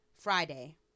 Friday